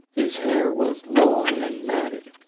his hair was long and matted.